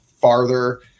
farther